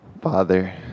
Father